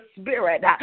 spirit